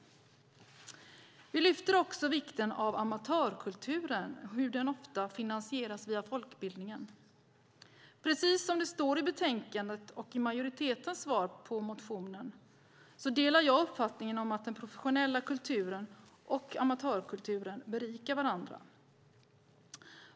Vi lyfter också fram vikten av amatörkulturen och hur denna ofta finansieras via folkbildningen. Precis som det står i betänkandet och i majoritetens svar på motionen i fråga delar jag uppfattningen att den professionella kulturen och amatörkulturen berikar varandra.